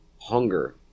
hunger